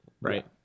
Right